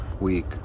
week